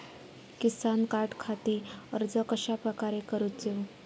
किसान कार्डखाती अर्ज कश्याप्रकारे करूचो?